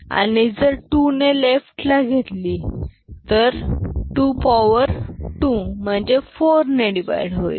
आणि जर 2 ने लेफ्ट ला घेतली तर 2 पॉवर 2 म्हणजे 4 ने डीवाईड होईल